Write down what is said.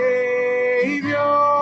Savior